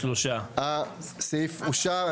3 אושר.